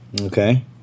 Okay